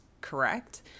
correct